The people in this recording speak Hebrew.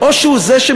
חברי